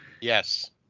Yes